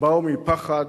באו מפחד,